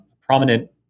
prominent